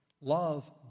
Love